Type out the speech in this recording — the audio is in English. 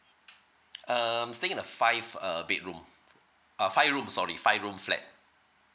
uh I'm staying in a five err bedroom a five room sorry five room flat